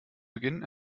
beginnen